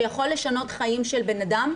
שיכול לשנות חיים של בנאדם,